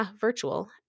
virtual